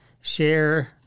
share